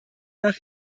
nach